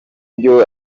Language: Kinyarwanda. byo